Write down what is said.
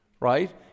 right